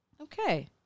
Okay